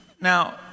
Now